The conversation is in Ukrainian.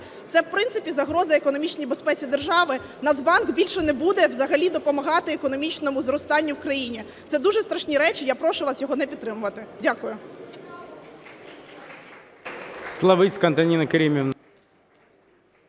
це, в принципі, загроза економічній безпеці держави. Нацбанк більше не буде взагалі допомагати економічному зростанню в країні. Це дуже страшні речі. Я прошу вас його не підтримувати. Дякую.